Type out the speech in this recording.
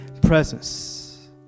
presence